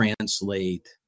translate